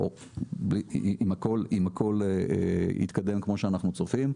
אם הכל יתקדם כמו אנחנו צופים,